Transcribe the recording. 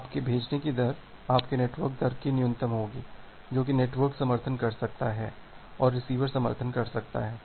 अब आपके भेजने की दर आपके नेटवर्क दर की न्यूनतम होगी जो की नेटवर्क समर्थन कर सकता है और रिसीवर समर्थन कर सकता है